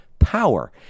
power